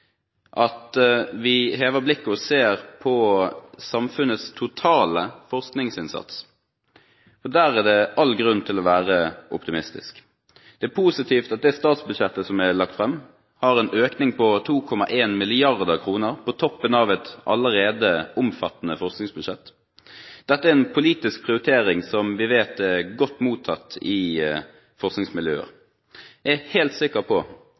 at vi hever blikket og ser på samfunnets totale forskningsinnsats, for der er det all grunn til å være optimistisk. Det er positivt at statsbudsjettet som er lagt fram, har en økning på 2,1 mrd. kr på toppen av et allerede omfattende forskningsbudsjett. Dette er en politisk prioritering som vi vet er godt mottatt i forskningsmiljøer. Jeg er helt sikker på